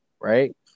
Right